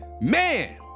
Man